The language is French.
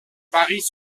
paris